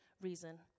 reason